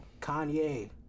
Kanye